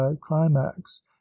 climax